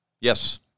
yes